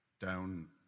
down